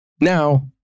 Now